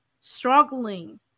struggling